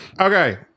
Okay